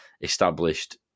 established